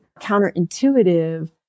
counterintuitive